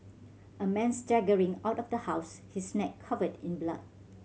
a man staggering out of the house his neck covered in blood